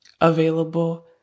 available